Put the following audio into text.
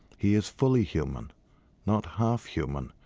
he is fully human not half human,